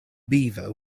beaver